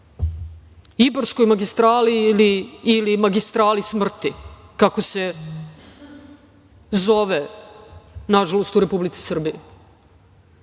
Ibarskoj magistrali ili magistrali smrti, kako se zove nažalost u Republici Srbiji.